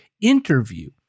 interview